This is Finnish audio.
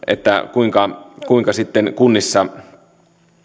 kuinka kuinka kunnissa